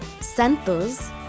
Santos